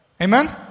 Amen